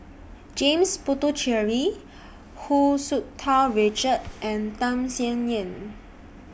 James Puthucheary Hu Tsu Tau Richard and Tham Sien Yen